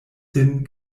sin